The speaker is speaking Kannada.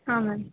ಹಾಂ ಮ್ಯಾಮ್